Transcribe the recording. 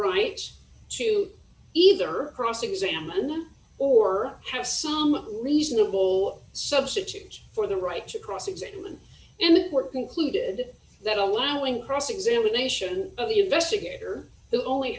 right to either cross examine them or have some reasonable substitute for the right to cross examine and were concluded that allowing cross examination of the investigator who only